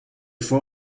for